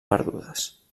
perdudes